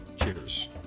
Cheers